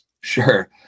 Sure